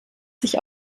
sich